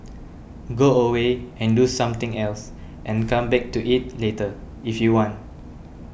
go away and do something else and come back to it later if you want